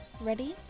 Ready